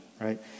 right